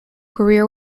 career